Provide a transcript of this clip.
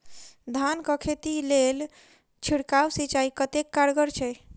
धान कऽ खेती लेल छिड़काव सिंचाई कतेक कारगर छै?